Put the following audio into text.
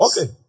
Okay